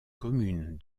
communes